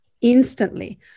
instantly